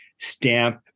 stamp